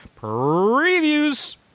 previews